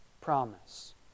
promise